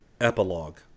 Epilogue